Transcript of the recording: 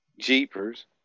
Jeepers